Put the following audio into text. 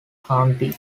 county